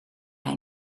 hij